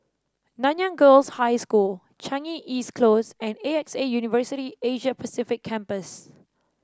Nanyang Girls' High School Changi East Close and A X A University Asia Pacific Campus